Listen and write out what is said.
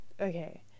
okay